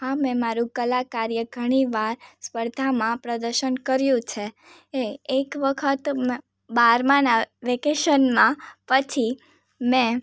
હા મેં મારૂ કલાકાર્ય ઘણીવાર સ્પર્ધામાં પ્રદર્શન કર્યું છે એ એક વખત બારમાનાં વેકેશનમાં પછી મેં